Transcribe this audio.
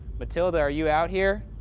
matilda, are you out here?